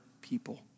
people